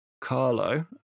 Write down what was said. carlo